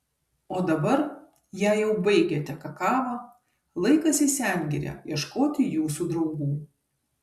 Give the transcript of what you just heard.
o dabar jei jau baigėte kakavą laikas į sengirę ieškoti jūsų draugų